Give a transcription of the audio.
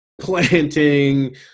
planting